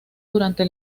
durante